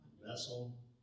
Vessel